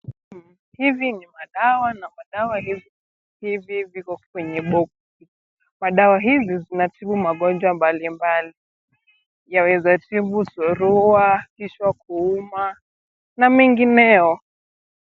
Hivi ni madawa na madawa hivi viko kwenye boksi. Madawa hizi zinatibu magonjwa mbalimbali. Yaweza tibu surua, kichwa kuuma na mengineyo.